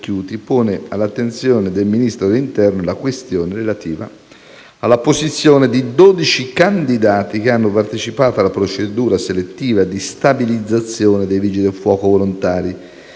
la senatrice Ricchiuti pone all'attenzione del Ministro dell'interno la questione relativa alla posizione di 12 candidati che hanno partecipato alla procedura selettiva di stabilizzazione dei vigili del fuoco volontari,